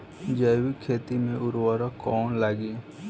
जैविक खेती मे उर्वरक कौन लागी?